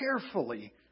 carefully